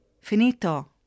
Finito